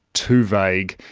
too vague,